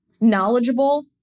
knowledgeable